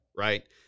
right